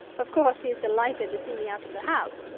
of course he is delighted to see me out of the house,